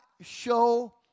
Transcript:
show